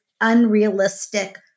unrealistic